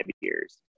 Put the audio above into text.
years